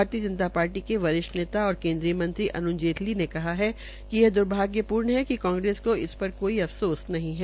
भारतीय जनता पार्टी के वरिष्ठ नेता और केन्द्रीय मंत्री अरूण जेटली ने कहा कि यह द्र्भाग्यपूर्ण है कि कांग्रेस को इस पर कोई अफसोस नहीं है